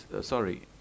sorry